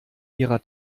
ihrer